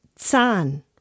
zahn